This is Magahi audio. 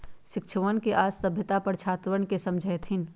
शिक्षकवन आज साम्यता पर छात्रवन के समझय थिन